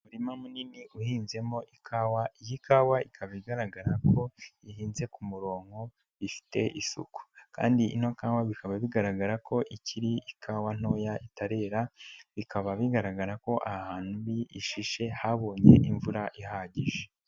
Umurima munini uhinzemo ikawa, iyi kawa ikaba igaragara ko ihinze ku murongo ifite isuku, kandi ino kawa bikaba bigaragara ko ikiri ikawa ntoya itarera, bikaba bigaragara ko ahantu iri ishishe habonye imvura ihagije.